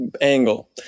angle